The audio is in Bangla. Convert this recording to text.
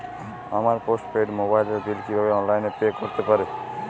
আমার পোস্ট পেইড মোবাইলের বিল কীভাবে অনলাইনে পে করতে পারি?